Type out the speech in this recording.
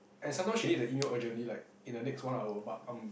and sometimes she need the email urgently like in the next one hour but I'm